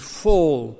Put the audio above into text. fall